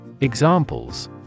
Examples